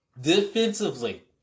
Defensively